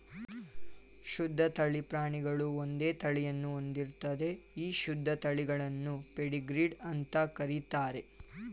ಶುದ್ಧ ತಳಿ ಪ್ರಾಣಿಗಳು ಒಂದೇ ತಳಿಯನ್ನು ಹೊಂದಿರ್ತದೆ ಈ ಶುದ್ಧ ತಳಿಗಳನ್ನು ಪೆಡಿಗ್ರೀಡ್ ಅಂತ ಕರೀತಾರೆ